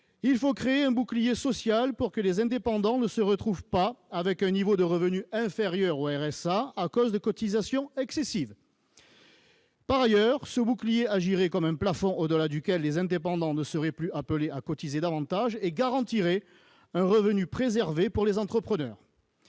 Il faut créer un bouclier social pour que les indépendants ne se retrouvent pas avec un niveau de revenus inférieur au RSA à cause de cotisations excessives. » Par ailleurs, ce bouclier agirait comme un plafond, au-delà duquel les indépendants ne seraient plus appelés à cotiser davantage, et garantirait un revenu préservé pour les entrepreneurs.